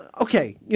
okay